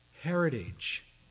heritage